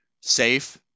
safe